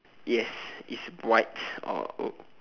yes it's white or uh